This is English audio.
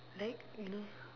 like you know